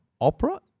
opera